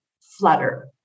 flutter